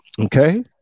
okay